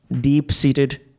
deep-seated